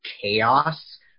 chaos